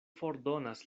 fordonas